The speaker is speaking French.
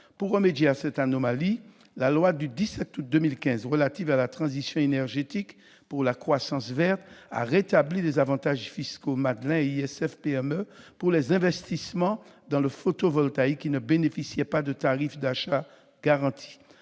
Pour remédier à cette anomalie, la loi du 17 août 2015 relative à la transition énergétique pour la croissance verte a rétabli les avantages fiscaux « Madelin » et ISF-PME pour les investissements dans le photovoltaïque qui ne bénéficient pas de tarifs d'achat garantis,